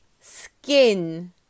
Skin